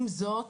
עם זאת,